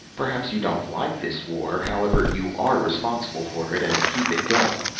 perhaps you don't like this war. however you are responsible for it, and keep it going.